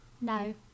No